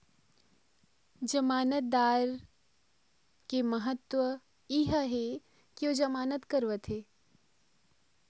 जमानतदार के का महत्व हे?